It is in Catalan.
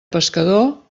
pescador